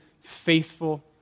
faithful